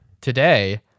today